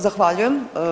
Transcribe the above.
Zahvaljujem.